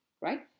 right